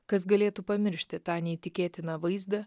kas galėtų pamiršti tą neįtikėtiną vaizdą